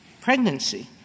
pregnancy